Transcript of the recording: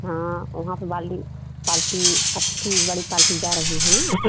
हाँ वहाँ पर वाली पालटी अच्छी बड़ी पालटी जा रही है ना